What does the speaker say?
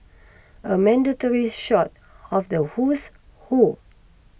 a mandatory shot of the who's who